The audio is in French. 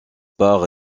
par